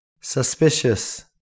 suspicious